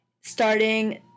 Starting